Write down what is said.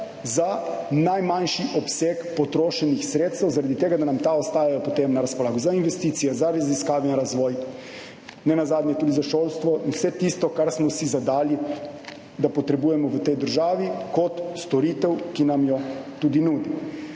za najmanjši obseg potrošenih sredstev. Zaradi tega nam ta potem ostajajo na razpolago za investicije, za raziskave in razvoj, nenazadnje tudi za šolstvo. Vse tisto, kar smo si zadali, da potrebujemo v tej državi kot storitev, ki nam jo tudi nudi.